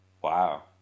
Wow